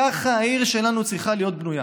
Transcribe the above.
ככה העיר שלנו צריכה להיות בנויה.